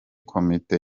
komite